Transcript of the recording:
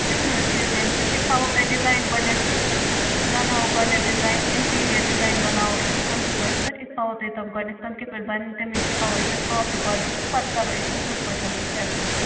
تُہۍ مہٕ حظ ہیٚیِو ٹٮ۪نشَن أسۍ ہاوَو تۄہہِ ڈِزاین گۄڈٕنٮ۪تھ أسۍ بَناوَو گۄڈٕنٮ۪تھ ڈِزایِن اِنٹیٖرِیَر ڈِزایِن بَناوَو أسۍ کَمپیوٗٹرَس پٮ۪ٹھ أسۍ ہاوَو تۄہہِ تٕم گۄڈٕنٮ۪تھ تِم کِتھ پٲٹھۍ بَنَن تَمِکۍ یہِ ہاوَو تۄہہِ سافٹ کاپی تہٕ پتہٕ کَرو وۄنۍ أسۍ ہُتھ پٲٹھۍ اٮ۪پرٛوٗ